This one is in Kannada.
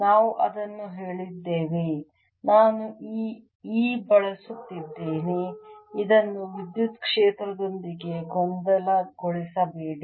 ನಾವು ಅದನ್ನು ಹೇಳಿದ್ದೇವೆ ನಾನು ಈ E ಬಳಸುತ್ತಿದ್ದೇನೆ ಇದನ್ನು ವಿದ್ಯುತ್ ಕ್ಷೇತ್ರದೊಂದಿಗೆ ಗೊಂದಲಗೊಳಿಸಬೇಡಿ